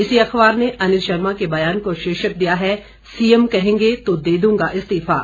इसी अखबार ने अनिल शर्मा के बयान को शीर्षक दिया है सीएम कहेंगे तो दे दूंगा इस्तीफा